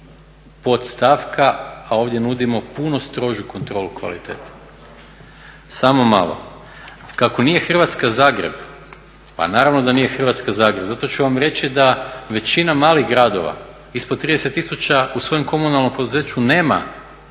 podstavka a ovdje nudimo puno strožu kontrolu kvalitete. …/Upadica se ne čuje./… Samo malo. Kako nije Hrvatska Zagreb pa naravno da nije Hrvatska Zagreb zato ću vam reći da većina malih gradova ispod 30 tisuća u svojem komunalnom poduzeću nema